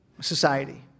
society